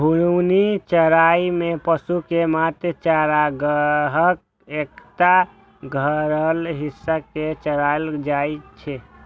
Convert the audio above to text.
घूर्णी चराइ मे पशु कें मात्र चारागाहक एकटा घेरल हिस्सा मे चराएल जाइ छै